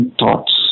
thoughts